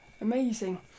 Amazing